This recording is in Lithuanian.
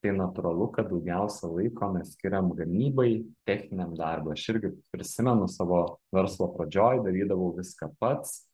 tai natūralu kad daugiausia laiko mes skiriam gamybai techniniam darbui aš irgi prisimenu savo verslo pradžioj darydavau viską pats